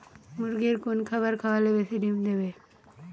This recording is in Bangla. মুরগির কোন খাবার খাওয়ালে বেশি ডিম দেবে?